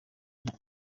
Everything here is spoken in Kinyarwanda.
cya